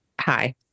hi